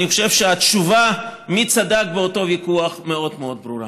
אני חושב שהתשובה מי צדק באותו ויכוח מאוד מאוד ברורה.